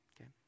Okay